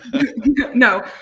No